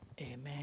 amen